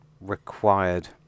required